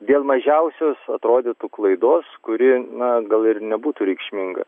dėl mažiausios atrodytų klaidos kuri na gal ir nebūtų reikšminga